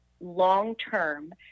long-term